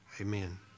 Amen